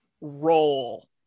role